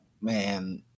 man